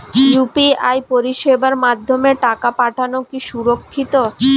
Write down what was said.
UPI পরিষেবার মাধ্যমে টাকা পাঠানো কি সুরক্ষিত?